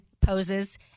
poses